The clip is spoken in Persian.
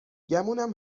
گمونم